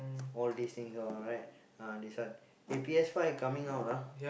all these things all right ah this one eh P_S five coming out ah